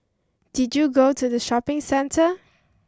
did you go to the shopping centre